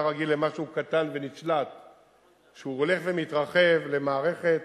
רגיל למשהו קטן ונשלט שהוא הולך ומתרחב למערכת